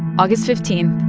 august fifteen,